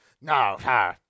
No